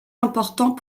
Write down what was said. important